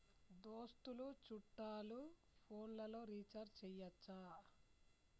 దోస్తులు చుట్టాలు ఫోన్లలో రీఛార్జి చేయచ్చా?